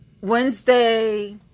Wednesday